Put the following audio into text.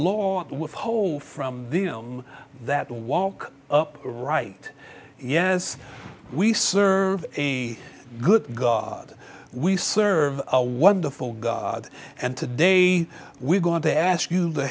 to withhold from that walk up right yes we serve a good god we serve a wonderful god and to day we're going to ask you to